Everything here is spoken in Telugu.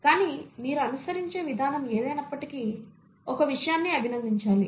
కానీ మీరు అనుసరించే విధానం ఏదైనప్పటికీ ఒక విషయాన్ని అభినందించాలి